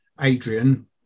Adrian